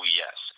yes